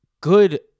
good